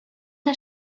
der